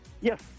Yes